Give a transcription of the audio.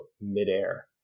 midair